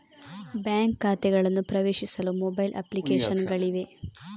bank ಖಾತೆಗಳನ್ನು ಪ್ರವೇಶಿಸಲು mobile application ಗಳಿವೆ